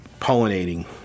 pollinating